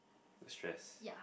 stress